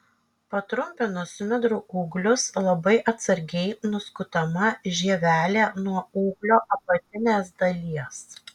patrumpinus smidrų ūglius labai atsargiai nuskutama žievelė nuo ūglio apatinės dalies